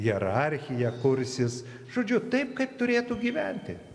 hierarchija kursis žodžiu taip kaip turėtų gyventi